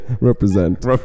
represent